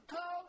go